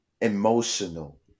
emotional